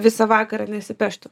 visą vakarą nesipeštų